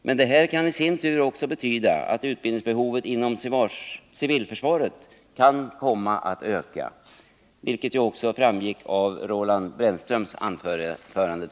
Men det kan i sin tur komma att medföra att utbildningsbehovet inom civilförsvaret ökar, såsom också framhölls av Roland Brännström i dennes anförande.